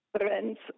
friends